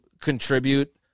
contribute